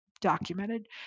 documented